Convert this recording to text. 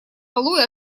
балуй